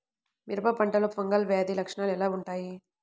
మిరప పంటలో ఫంగల్ వ్యాధి లక్షణాలు ఎలా వుంటాయి?